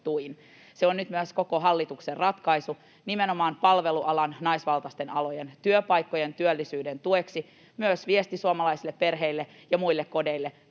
Se on nyt myös koko hallituksen ratkaisu nimenomaan palvelualan, naisvaltaisten alojen, työpaikkojen ja työllisyyden tueksi ja myös viesti suomalaisille perheille ja muille kodeille: